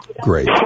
Great